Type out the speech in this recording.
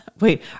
Wait